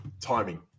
timing